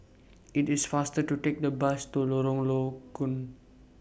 IT IS faster to Take The Bus to Lorong Low Koon